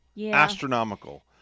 Astronomical